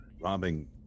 robbing